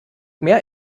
mehr